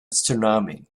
tsunami